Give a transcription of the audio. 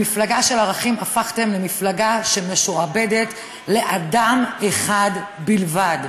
ממפלגה של ערכים הפכתם למפלגה שמשועבדת לאדם אחד בלבד.